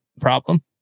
problem